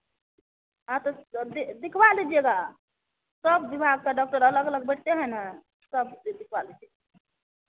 हाँ तो और दिखवा लीजिएगा सब विभाग का डॉक्टर अलग अलग बैठते हैं ना सबसे लिखवा लीजिए